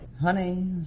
Honey